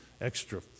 extra